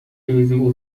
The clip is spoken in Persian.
جایزهی